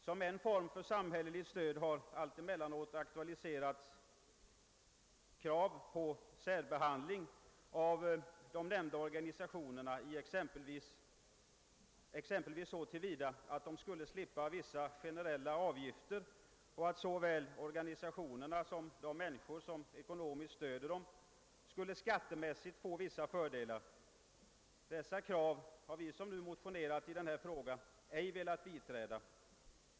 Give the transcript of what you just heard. Som en form för samhälleligt stöd har alltemellanåt aktualiserats en särbehandling av de nämnda organisationerna, exempelvis så till vida att de skulle slippa vissa generella avgifter och att såväl organisationerna som de människor som ekonomiskt stöder dem skulle få vissa skattemässiga fördelar. Dessa krav har vi som nu motionerat i denna fråga ej velat biträda.